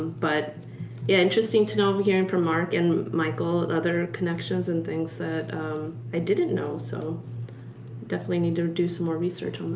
but interesting to know, hearing from mark and michael other connections and things that i didn't know. so definitely need to do some more research.